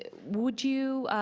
and would you